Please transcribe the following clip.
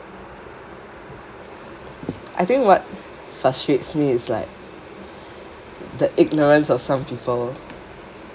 I think what frustrates me is like the ignorance of some people